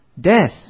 Death